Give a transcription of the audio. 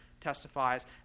testifies